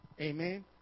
Amen